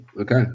okay